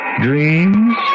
dreams